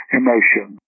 emotion